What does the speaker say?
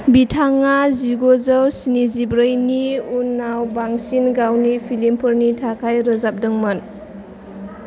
बिथाङा जिगुजौ स्निजिब्रै नि उनाव बांसिन गावनि फिल्मफोरनि थाखाय रोजाबदोंमोन